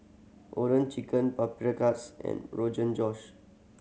Oden Chicken Paprikas and Josh